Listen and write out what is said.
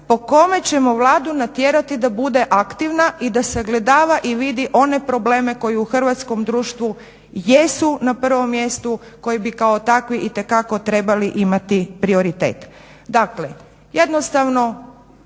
po kome ćemo Vladu natjerati da bude aktivna i da sagledava i vidi one probleme koji u hrvatskom društvu jesu na prvom mjestu, koji bi kao takvi itekako trebali imati prioritet. Dakle, jednostavno